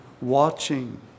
watching